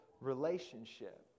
relationship